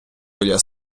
біля